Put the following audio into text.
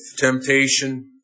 temptation